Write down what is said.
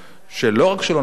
שלא רק שלא נפקיר